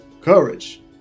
Courage